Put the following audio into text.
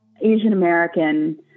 Asian-American